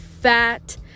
fat